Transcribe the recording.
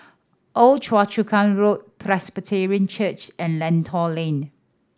Old Choa Chu Kang Road Presbyterian Church and Lentor Lane